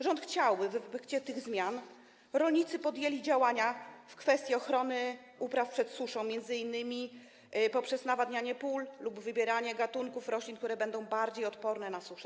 Rząd chciałby, by w efekcie tych zmian rolnicy podjęli działania w kwestii ochrony upraw przed suszą, m.in. poprzez nawadnianie pól lub wybieranie gatunków roślin, które będą bardziej odporne na suszę.